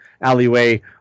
alleyway